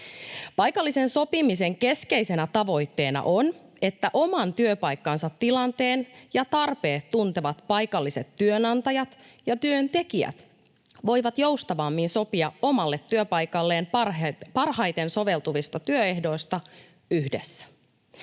Paikallisen sopimisen keskeisenä tavoitteena on, että oman työpaikkansa tilanteen ja tarpeet tuntevat paikalliset työnantajat ja työntekijät voivat joustavammin sopia omalle työpaikalleen parhaiten soveltuvista työehdoista yhdessä.